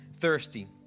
thirsty